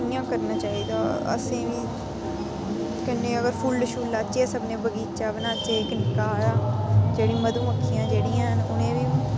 इ'यां करनां चाहिदा असें बी कन्नै अगर फुल्ल शुल्ल लाचै अस अपना बगीचा बनाचै इक निक्का हारा जेह्ड़ी मधुमक्खियां जेह्ड़ियां हैन उनें बी